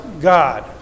God